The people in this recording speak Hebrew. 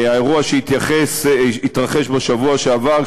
האירוע התרחש בשבוע שעבר,